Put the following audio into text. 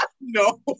No